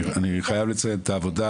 אני חייב לציין את העבודה,